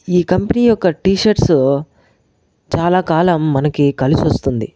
ఈ కంపెనీ యొక్క టీషర్ట్స్ చాలా కాలం మనకి కలిసి వస్తుంది